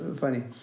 funny